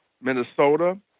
Minnesota